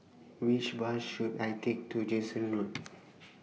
Which Bus should I Take to Jansen Road